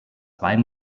wein